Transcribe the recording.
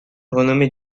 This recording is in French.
renommé